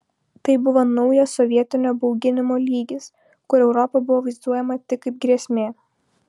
tai buvo naujas sovietinio bauginimo lygis kur europa buvo vaizduojama tik kaip grėsmė